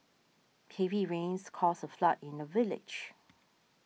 heavy rains caused a flood in the village